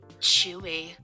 chewy